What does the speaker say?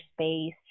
space